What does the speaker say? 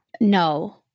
No